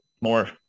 more